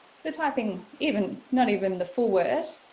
so typing, even, not even the full word,